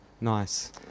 Nice